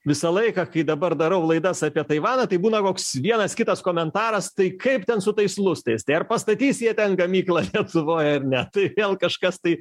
visą laiką kai dabar darau laidas apie taivaną tai būna koks vienas kitas komentaras tai kaip ten su tais lustais tai ar pastatys jie ten gamyklą lietuvoj ar ne tai vėl kažkas tai